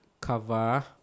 cover